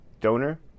donor